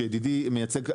שידידי מייצג כאן,